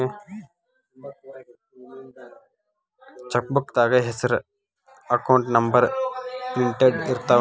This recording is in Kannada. ಚೆಕ್ಬೂಕ್ದಾಗ ಹೆಸರ ಅಕೌಂಟ್ ನಂಬರ್ ಪ್ರಿಂಟೆಡ್ ಇರ್ತಾವ